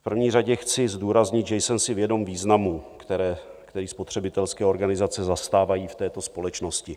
V první řadě chci zdůraznit, že jsem si vědom významu, který spotřebitelské organizace zastávají v této společnosti.